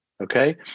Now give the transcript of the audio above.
Okay